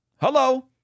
Hello